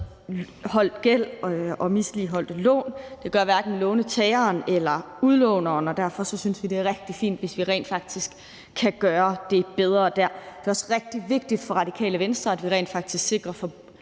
gæld og misligholdte lån. Det gør hverken låntageren eller udlåneren, og derfor synes vi, det er rigtig fint, hvis vi rent faktisk kan gøre det bedre der. Det er også rigtig vigtigt for Radikale Venstre, at vi rent faktisk sikrer